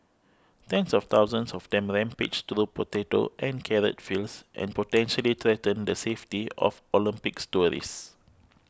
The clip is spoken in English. tens of thousands of them rampage through potato and carrot fields and potentially threaten the safety of Olympics tourists